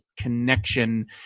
connection